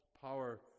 power